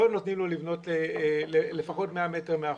לא נותנים לו לבנות לפחות 100 מטרים מהחוף.